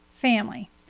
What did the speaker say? family